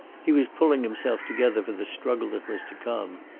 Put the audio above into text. he was pulling himself together for the struggle that was to come,